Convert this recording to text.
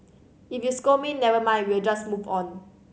if you scold me never mind we'll just move on